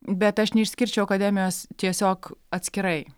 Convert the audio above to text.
bet aš neišskirčiau akademijos tiesiog atskirai